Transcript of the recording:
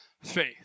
faith